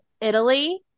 Italy